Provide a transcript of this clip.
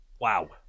Wow